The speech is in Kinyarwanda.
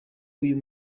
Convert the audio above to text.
uyu